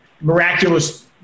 miraculous